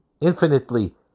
Infinitely